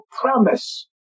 promise